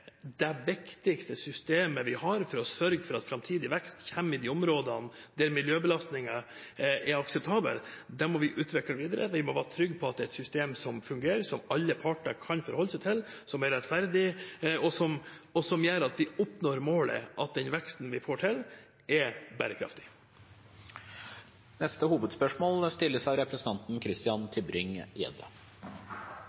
det viktigste systemet vi har for å sørge for at framtidig vekst kommer i de områdene der miljøbelastningen er akseptabel, utvikles videre. Vi må være trygge på at det er et system som fungerer, som alle parter kan forholde seg til, som er rettferdig, og som gjør at vi oppnår målet om at den veksten vi får til, er bærekraftig. Vi går videre til neste hovedspørsmål. Gjenoppbygging av